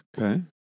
Okay